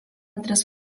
tris